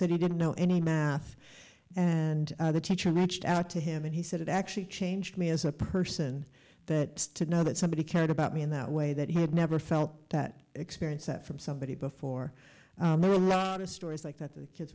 said he didn't know any math and the teacher matched out to him and he said it actually changed me as a person that to know that somebody cared about me in that way that he had never felt that experience that from somebody before there were a lot of stories like that the kids